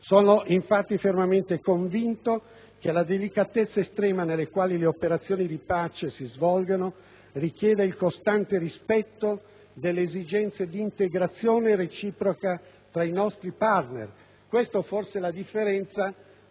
Sono infatti fermamente convinto che la delicatezza estrema nella quale le operazioni di pace si svolgono richieda il costante rispetto delle esigenze di integrazione reciproca tra i nostri *partner*. Questa forse è la differenza